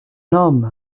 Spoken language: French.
homme